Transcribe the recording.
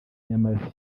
y’amavi